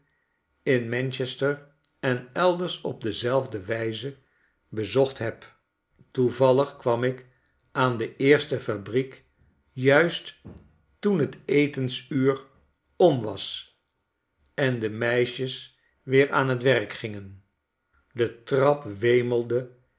in manchester en elders op dezelfde wijze bezocht heb toevallig kwam ik aan de eerste fabriek juist toen t etensuur om was en de meisjes weer aan t werk gingen de trap